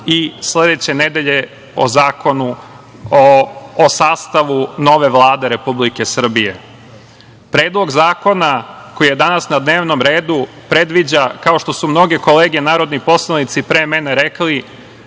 i sledeće nedelje o sastavu nove Vlade Republike Srbije. Predlog zakona koji je danas na dnevnom redu predviđa, kao što su mnoge kolege narodni poslanici pre mene rekli,